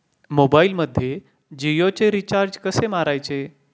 मोबाइलमध्ये जियोचे रिचार्ज कसे मारायचे?